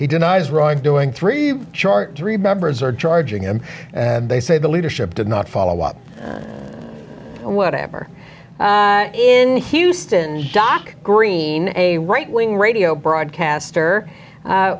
he denies wrongdoing three chart three members are charging him and they say the leadership did not follow up whatever in houston doc green a right wing radio broadcaster